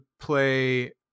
play